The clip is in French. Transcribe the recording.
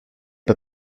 pas